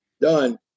done